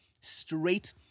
Straight